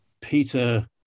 Peter